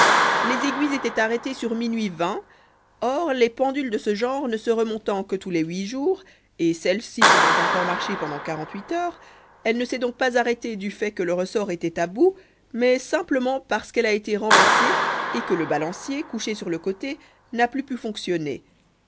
les aiguilles étaient arrêtées sur minuit or les pendules de ce genre ne se remontent que tous les huit jours et celle-ci pouvait encore marcher pendant quarante-huit heures elle ne s'est donc pas arrêtée du fait que le ressort était à bout mais simplement parce qu'elle a été renversée et que le balancier couché sur le côté n'a plus pu fonctionner